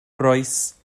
rois